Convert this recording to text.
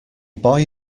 boy